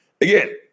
Again